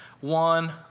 one